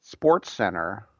SportsCenter